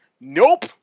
nope